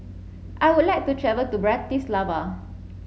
I would like to travel to Bratislava